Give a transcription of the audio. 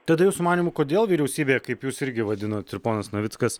tada jūsų manymu kodėl vyriausybė kaip jūs irgi vadinot ponas navickas